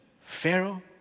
Pharaoh